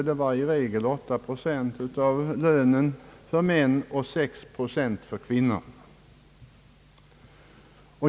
Det var i regel åtta procent av lönen för män och sex procent för kvinnor.